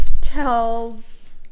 tells